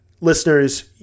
listeners